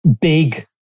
big